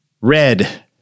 Red